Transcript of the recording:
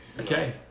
Okay